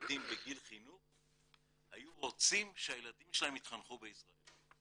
ילדים בגיל חינוך היו רוצים שהילדים שלהם יתחנכו בישראל.